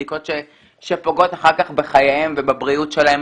בדיקות שפוגעות אחר כך בחייהן ובבריאות שלהן,